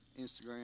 Instagram